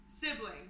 Sibling